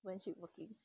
when she working